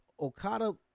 Okada